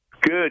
Good